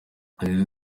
twari